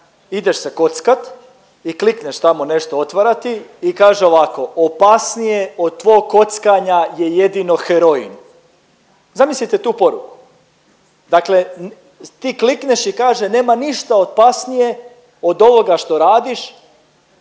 Ideš se kockat i klikneš tamo nešto otvara ti i kaže ovako opasnije od tvog kockanja je jedino heroin. Zamislite tu poruku. Dakle, ti klikneš i kaže nema ništa opasnije od ovoga što radiš